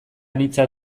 anitza